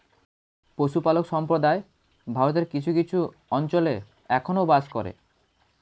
পশুপালক সম্প্রদায় ভারতের কিছু কিছু অঞ্চলে এখনো বাস করে